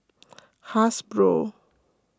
Hasbro